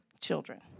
children